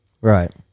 Right